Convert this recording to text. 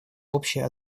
общая